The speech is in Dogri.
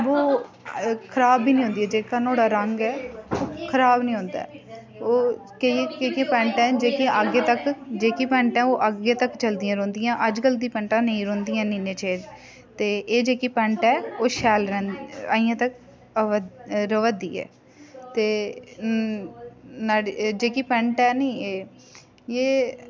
बो खराब बी नी होंदी ऐ जेह्का नुहाड़ा रंग ऐ खराब नी होंदा ऐ ओह् केईं जेह्की पैंट ऐ जेह्की अग्गें तक जेह्की पैंट ऐ ओह् अग्गें तक चलदियां रौंह्दियां अज्जकल दियां पैंटा नेईं रौह्दियां न इ'न्ने चिर ते एह् जेह्की पैंट ऐ ओह् शैल ऐ रैह् अजें तक रवा दी ऐ ते नुहाड़ी जेह्की पैंट ऐ नी एह् यह